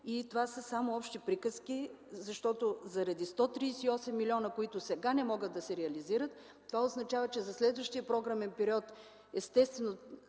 и това са само общи приказки. Защото заради 138 милиона, които сега не могат да се реализират, това означава, че за следващия програмен период естествено